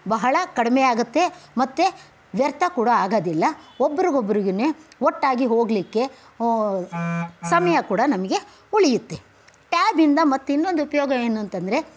ಬಹಳ ಕಡಿಮೆ ಆಗುತ್ತೆ ಮತ್ತೆ ವ್ಯರ್ಥ ಕೂಡ ಆಗೋದಿಲ್ಲ ಒಬ್ರಿಗೊಬ್ರಿಗೂ ಒಟ್ಟಾಗಿ ಹೋಗಲಿಕ್ಕೆ ಸಮಯ ಕೂಡ ನಮಗೆ ಉಳಿಯುತ್ತೆ ಟ್ಯಾಬಿಂದ ಮತ್ತು ಇನ್ನೊಂದು ಉಪಯೋಗ ಏನೂಂತಂದ್ರೆ